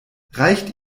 reicht